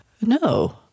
No